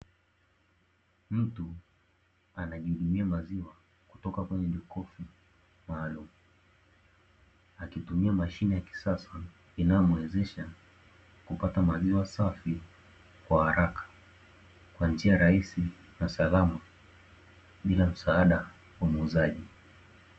Mtu anajihudumia maziwa kutoka kwenye jokofu maalumu, akitumia mashine ya kisasa inayomwezesha kupata maziwa safi kwa haraka, kwa njia rahisi na salama bila msaada wa muuzaji.